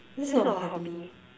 that is not a hobby